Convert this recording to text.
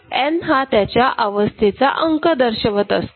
'n' हा त्याच्या अवस्थेचा अंक दर्शवत असतो